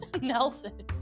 Nelson